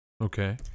Okay